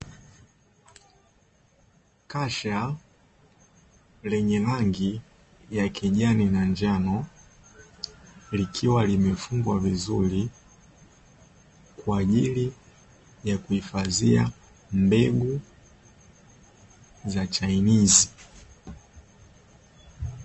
Kasha lenye rangi ya kijani na njano, likiwa limefungwa vizuri kwa ajili ya kuhifadhia mbegu za chainizi.